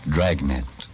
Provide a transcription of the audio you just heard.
Dragnet